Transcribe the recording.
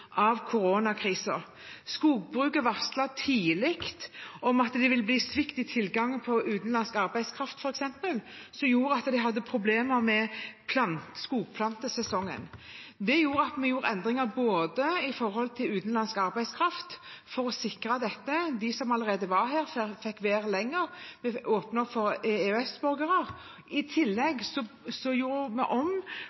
av koronakrisen. Skogbruket varslet tidlig at det ville bli svikt i tilgangen på utenlandsk arbeidskraft, f.eks., noe som gjorde at en hadde problemer med skogplantesesongen. Det gjorde at vi gjorde endringer når det gjaldt utenlandsk arbeidskraft, for å sikre dette. De som allerede var her, fikk være lenger, og vi åpnet opp for EØS-borgere. I